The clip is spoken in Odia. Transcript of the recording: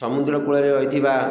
ସମୁଦ୍ର କୂଳରେ ରହିଥିବା